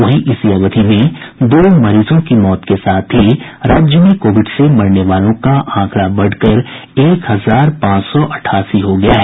वहीं इसी अवधि में दो मरीजों की मौत के साथ ही राज्य में कोविड से मरने वालों का आंकड़ा बढ़कर एक हजार पांच सौ अठासी हो गया है